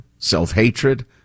self-hatred